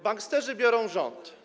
Banksterzy biorą rząd.